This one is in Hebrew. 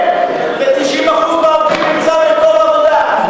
ל-90% מהעובדים נמצא מקום עבודה.